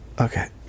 Okay